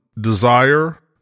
desire